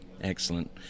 Excellent